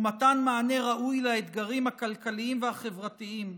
מתן מענה ראוי לאתגרים הכלכליים והחברתיים,